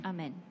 Amen